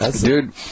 Dude